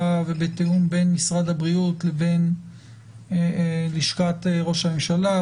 ובתיאום בין משרד הבריאות לבין לשכת ראש הממשלה,